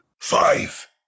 Five